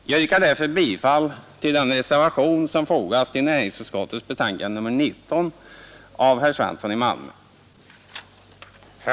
Jag yrkar därför bifall till den reservation som fogats till näringsutskottets betänkande nr 19 av herr Svensson i Malmö.